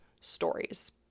stories